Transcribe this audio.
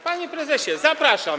Panie prezesie, zapraszam.